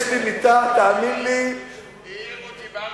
יש לי מיטה, תאמין לי, העירו אותי ב-04:00,